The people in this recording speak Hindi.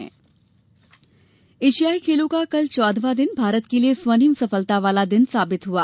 एशियाई खेल एशियाई खेलों का कल चौहदवां दिन भारत के लिए स्वर्णिम सफलता वाला दिन साबित हुआ